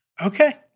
Okay